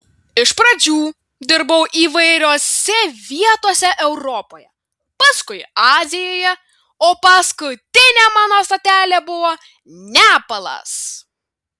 iš pradžių dirbau įvairiose vietose europoje paskui azijoje o paskutinė mano stotelė buvo nepalas